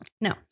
no